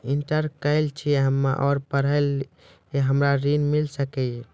Inter केल छी हम्मे और पढ़े लेली हमरा ऋण मिल सकाई?